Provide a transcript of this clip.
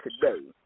today